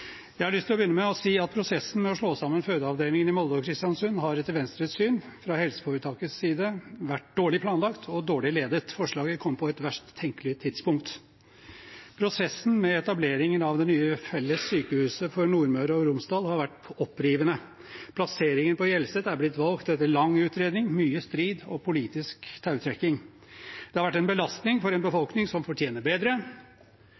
Jeg har lyst til å begynne med å si at prosessen med å slå sammen fødeavdelingene i Molde og Kristiansund har, etter Venstres syn, fra helseforetakets side vært dårlig planlagt og dårlig ledet. Forslaget kom på et verst tenkelig tidspunkt. Prosessen med etableringen av det nye felles sykehuset for Nordmøre og Romsdal har vært opprivende. Plasseringen på Hjelset er blitt valgt etter lang utredning, mye strid og politisk tautrekking. Det har vært en belastning for en befolkning som fortjener bedre,